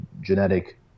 genetic